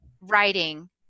writing